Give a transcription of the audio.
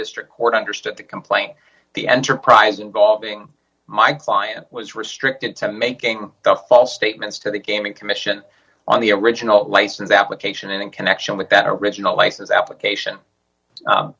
district court understood the complaint the enterprise involving my client was restricted to making the false statements to the gaming commission on the original license application and in connection with that original license application